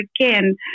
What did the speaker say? again